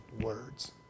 words